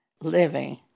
living